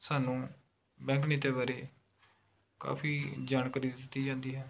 ਸਾਨੂੰ ਬੈਂਕ ਨੀਤੀਆਂ ਬਾਰੇ ਕਾਫੀ ਜਾਣਕਾਰੀ ਦੇ ਦਿੱਤੀ ਜਾਂਦੀ ਹੈ